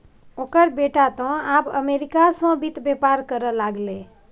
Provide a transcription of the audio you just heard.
ओकर बेटा तँ आब अमरीका सँ वित्त बेपार करय लागलै